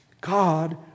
God